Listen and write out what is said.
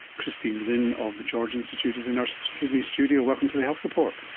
christine lin of the george institute is in our sydney studio. welcome to the health report.